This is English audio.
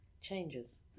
changes